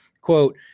quote